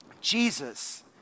Jesus